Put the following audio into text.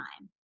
time